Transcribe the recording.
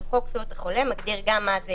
חוק זכויות החולה מגדיר גם מה זה